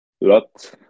lot